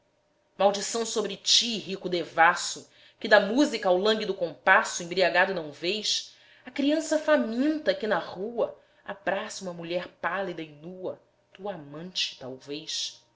maldição sobre tí rico devasso que da música ao lânguido compasso embriagado não vês a criança faminta que na rua abraça u'a mulher pálida e nua tua amante talvez